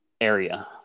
area